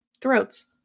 throats